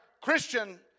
Christian